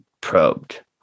probed